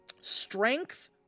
strength